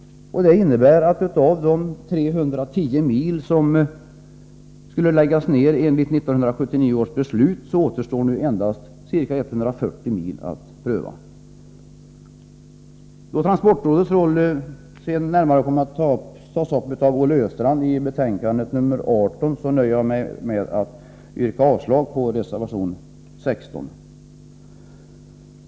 Det innebär att av de 310 mil som skulle läggas ned enligt 1979 års beslut nu endast ca 140 mil återstår att pröva. Eftersom transportrådets roll senare kommer att närmare tas upp av Olle Östrand i anslutning till betänkande 18, nöjer jag mig med att yrka avslag på reservation 16.